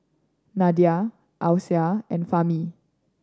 Nadia Alyssa and Fahmi